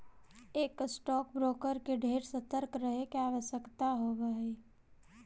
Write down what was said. एक stock broker के ढेर सतर्क रहे के आवश्यकता होब हई